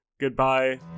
Goodbye